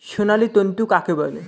সোনালী তন্তু কাকে বলে?